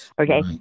Okay